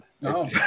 No